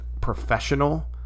professional